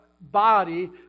body